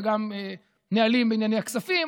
ונהלים בענייני כספים.